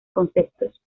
conceptos